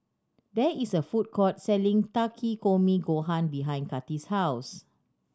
there is a food court selling Takikomi Gohan behind Kathi's house